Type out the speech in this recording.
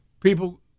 People